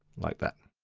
like that.